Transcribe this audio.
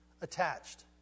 attached